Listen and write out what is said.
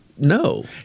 No